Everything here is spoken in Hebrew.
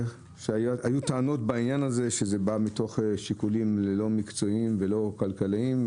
היו טענות בעניין הזה שזה בא מתוך שיקולים לא מקצועיים ולא כלכליים,